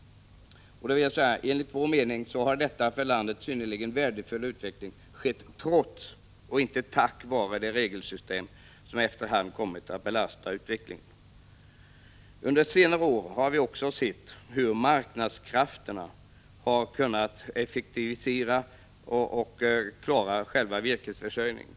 Enligt vår mening har denna för landet synnerligen värdefulla utveckling skett trots, och inte tack vare, det regelsystem som efter hand kommit att belasta utvecklingen. Under senare år har vi också sett hur marknadskrafterna har kunnat bidra till en effektivisering av själva virkesförsörjningen.